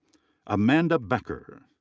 amanda becker.